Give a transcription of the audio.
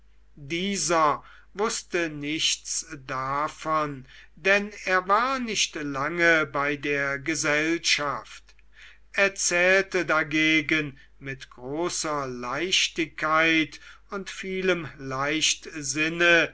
dieser wußte nichts davon denn er war nicht lange bei der gesellschaft erzählte dagegen mit großer leichtigkeit und vielem leichtsinne